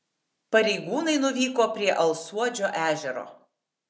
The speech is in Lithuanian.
pareigūnai nuvyko prie alsuodžio ežero